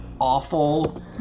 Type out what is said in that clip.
awful